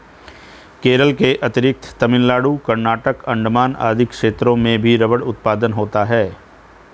केरल के अतिरिक्त तमिलनाडु, कर्नाटक, अण्डमान आदि क्षेत्रों में भी रबर उत्पादन होता है